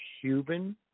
Cuban